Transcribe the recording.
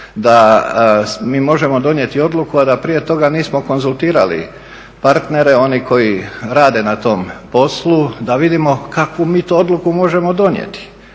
da mi možemo donijeti odluku a da prije toga nismo konzultirali partnere, oni koji rade na tom poslu da vidimo kakvu mi to odluku možemo donijeti.